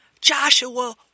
Joshua